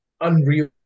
unreal